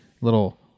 little